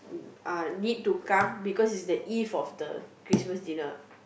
uh need to come because is the eve of the Christmas dinner